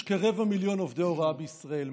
יש כרבע מיליון עובדי הוראה בישראל,